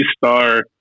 star